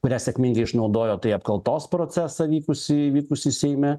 kurią sėkmingai išnaudojo tai apkaltos procesą vykusį vykusį seime